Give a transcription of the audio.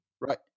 Right